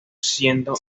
siendo